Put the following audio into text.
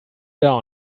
down